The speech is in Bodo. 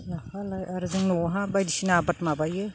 लाफा लाइ आरो उनावहायहा बायदिसिना आबाद माबायो